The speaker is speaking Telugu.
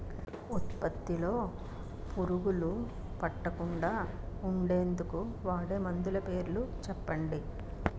ఉత్పత్తి లొ పురుగులు పట్టకుండా ఉండేందుకు వాడే మందులు పేర్లు చెప్పండీ?